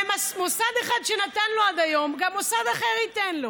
וממוסד אחד שנתן לו עד היום, גם מוסד אחר ייתן לו.